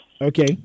Okay